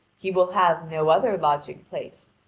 he will have no other lodging-place,